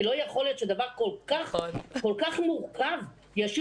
כי לא יכול להיות שדבר כל כך מורכב ישאירו